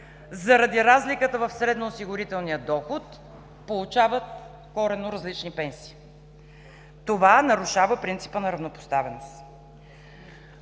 заради разликата в средноосигурителния доход получават коренно различни пенсии. Това нарушава принципа на равнопоставеност.